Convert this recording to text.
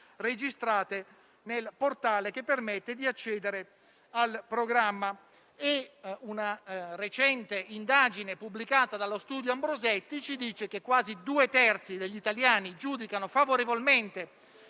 registrate nel portale, che permette di accedere al programma. Una recente indagine, pubblicata dallo studio Ambrosetti, ci dice che quasi due terzi degli italiani giudicano favorevolmente